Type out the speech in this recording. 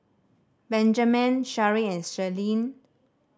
Benjaman Shari and Celine